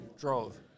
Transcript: drove